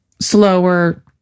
slower